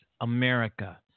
America